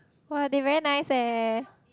!wah! they very nice eh